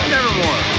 Nevermore